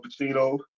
Pacino